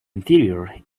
interior